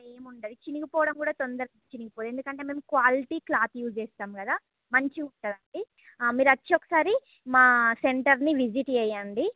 అవేమి ఉండవు చిరిగిపోవటం కూడా తొందరగా చినిగిపోవు ఎందుకంటే మేము క్వాలిటీ క్లాత్ యూజ్ చేస్తాం కదా మంచిగా ఉంటుందండి మీరు వచ్చి ఒకసారి మా సెంటర్ ని విజిట్ చేయండి